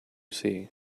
see